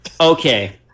okay